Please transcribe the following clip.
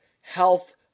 health